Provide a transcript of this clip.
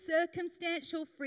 circumstantial